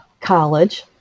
college